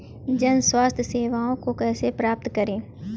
जन स्वास्थ्य सेवाओं को कैसे प्राप्त करें?